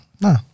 No